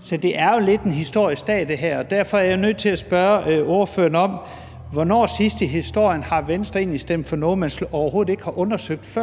Så det her er jo lidt en historisk dag, og derfor er jeg nødt til at spørge ordføreren: Hvornår har Venstre sidst i historien egentlig stemt for noget, man overhovedet ikke har undersøgt,